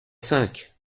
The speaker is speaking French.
cinq